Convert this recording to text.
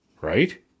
Right